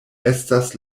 estas